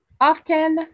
Often